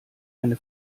eine